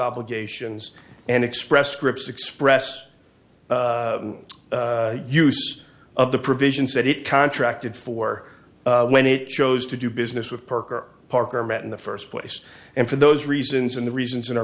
obligations and express scripts express use of the provisions that it contracted for when it chose to do business with parker parker met in the first place and for those reasons and the reasons